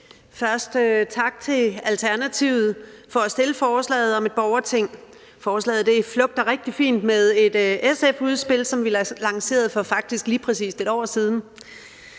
Først tak til Alternativet for at fremsætte forslaget om et borgerting. Forslaget flugter rigtig fint med et SF-udspil, som vi lancerede for faktisk lige præcis 1 år siden.